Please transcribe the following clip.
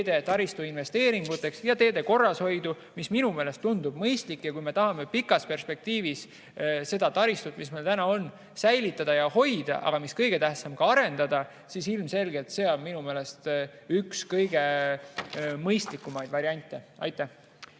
ja taristu investeeringuteks ja teede korrashoidu, mis minu meelest tundub mõistlik. Kui me tahame pikas perspektiivis seda taristut, mis meil on, säilitada ja hoida, aga mis kõige tähtsam, ka arendada, siis ilmselgelt on see üks kõige mõistlikumaid variante. Austatud